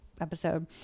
episode